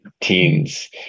teens